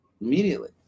immediately